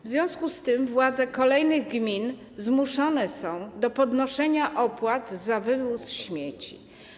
W związku z tym władze kolejnych gmin zmuszone są do podnoszenia opłat za wywóz śmieci.